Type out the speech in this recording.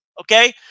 okay